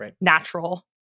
natural